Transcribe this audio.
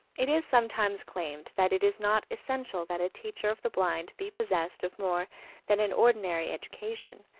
it is sometimes claimed that it is not essential that a teacher of the blind be possessed of more than an ordinary education,